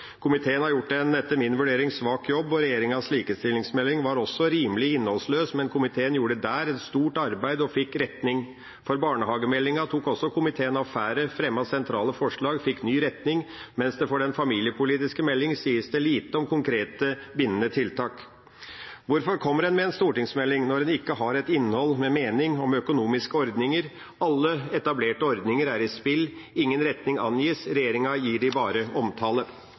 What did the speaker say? Komiteen har gjort en etter min vurdering svak jobb. Regjeringas likestillingsmelding var også rimelig innholdsløs, men komiteen gjorde der et stort arbeid og fikk retning. For barnehagemeldinga tok også komiteen affære, fremmet sentrale forslag, fikk ny retning, mens det for den familiepolitiske meldinga sies lite om konkrete, bindende tiltak. Hvorfor kommer en med en stortingsmelding når en ikke har et innhold med mening om økonomiske ordninger? Alle etablerte ordninger er i spill, ingen retning angis, regjeringa gir dem bare omtale.